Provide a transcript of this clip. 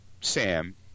Sam